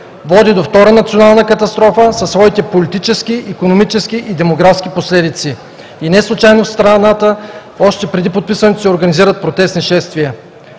Води до втора национална катастрофа със своите политически, икономически и демографски последици. Неслучайно в страната още преди подписването се организират протестни шествия.